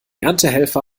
erntehelfer